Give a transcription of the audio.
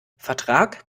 vertrag